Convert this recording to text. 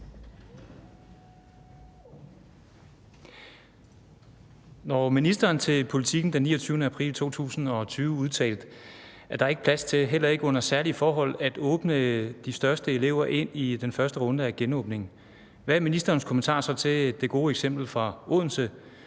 Når ministeren til Politiken den 29. april 2020 udtalte, at »der er ikke plads til – heller ikke under særlige forhold – at åbne for de største elever i den første runde af genåbningen«, hvad er ministerens kommentar så til, at eksemplet fra Odense